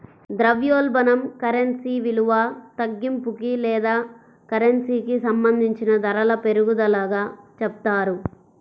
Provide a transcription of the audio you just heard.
ద్రవ్యోల్బణం కరెన్సీ విలువ తగ్గింపుకి లేదా కరెన్సీకి సంబంధించిన ధరల పెరుగుదలగా చెప్తారు